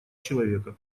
человека